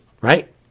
right